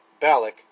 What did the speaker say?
Balak